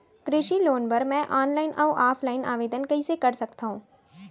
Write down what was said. कृषि लोन बर मैं ऑनलाइन अऊ ऑफलाइन आवेदन कइसे कर सकथव?